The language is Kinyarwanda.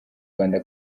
rwanda